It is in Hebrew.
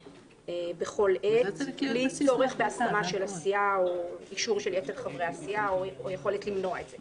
בכל עת בלי צורך בהסכמה של הסיעה או אישור שלהם או יכולת למנוע את זה.